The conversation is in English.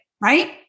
right